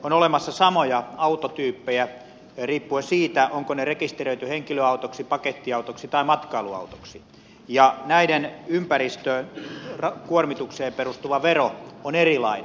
on olemassa samoja autotyyppejä mutta riippuen siitä onko ne rekisteröity henkilöautoksi pakettiautoksi tai matkailuautoksi näiden ympäristökuormitukseen perustuva vero on erilainen